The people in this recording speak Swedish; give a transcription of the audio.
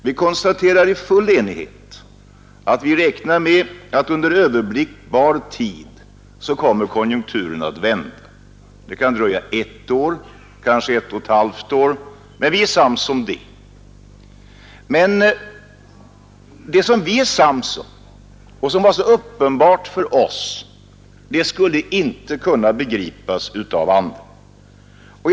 Vi konstaterar i full enighet att vi räknar med att konjunkturen under överblickbar tid kommer att vända; det kan dröja ett år, kanske ett och ett halvt år, men vi är sams om att den kommer att vända. Men det som vi var sams om och som var så uppenbart för oss skulle inte kunna begripas av andra.